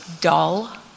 dull